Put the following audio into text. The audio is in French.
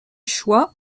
choix